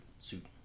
suit